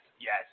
yes